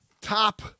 top